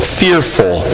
fearful